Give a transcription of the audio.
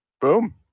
Boom